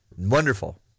Wonderful